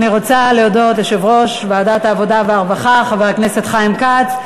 אני רוצה להודות ליושב-ראש ועדת העבודה והרווחה חבר הכנסת חיים כץ.